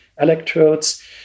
electrodes